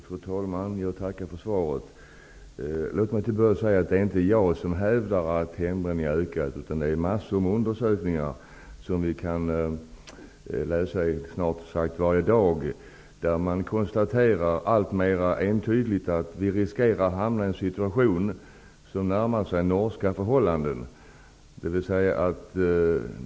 Fru talman! Jag tackar för svaret. Låt mig till en början säga att det inte är jag som hävdar att hembränningen har ökat, utan det framgår av flera undersökningar som vi kan läsa om snart sagt varje dag. Man konstaterar alltmer entydigt att vi riskerar att hamna i en situation som närmar sig de norska förhållandena.